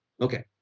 Okay